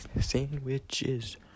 Sandwiches